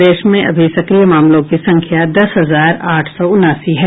प्रदेश में अभी सक्रिय मामलों की संख्या दस हजार आठ सौ उनासी है